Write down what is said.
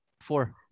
four